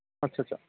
अच्छा अच्छा